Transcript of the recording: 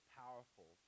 powerful